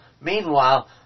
Meanwhile